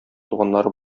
туганнары